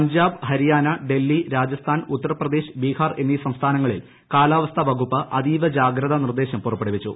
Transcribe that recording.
പഞ്ചാബ് ഹരിയാന ഡൽഹി രാജസ്ഥാൻ ഉത്തർപ്രദേശ് ബിഹാർ എന്നീ സംസ്ഥാനങ്ങളിൽ കാലാവസ്ഥാ വകുപ്പ് അതീവ ജാഗ്രത നിർദ്ദേശം പുറപ്പെടുവിച്ചു